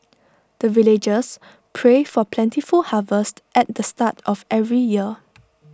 the villagers pray for plentiful harvest at the start of every year